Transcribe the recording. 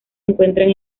encuentran